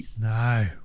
No